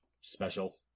special